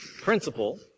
principle